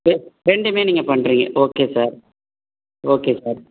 ரெண் ரெண்டுமே நீங்கள் பண்ணுறீங்க ஓகே சார் ஓகே சார்